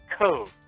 code